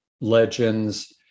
legends